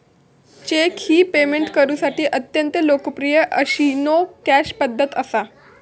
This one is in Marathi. चेक ही पेमेंट करुसाठी अत्यंत लोकप्रिय अशी नो कॅश पध्दत असा